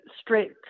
straight